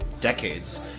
decades